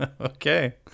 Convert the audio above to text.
Okay